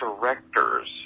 directors